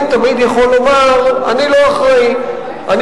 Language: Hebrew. אדוני היושב-ראש, אני